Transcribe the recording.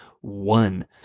one